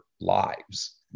lives